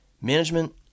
Management